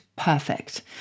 perfect